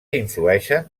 influeixen